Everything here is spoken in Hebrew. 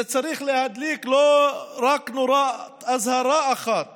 זה צריך להדליק לא רק נורת אזהרה אחת